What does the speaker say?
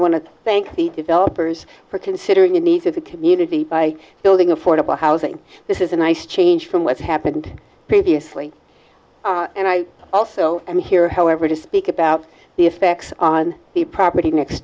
to thank the developers for considering the needs of the community by building affordable housing this is a nice change from what's happened previously and i also am here however to speak about the effects on the property next